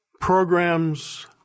programs